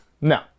No